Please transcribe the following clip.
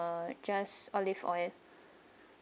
uh just olive oil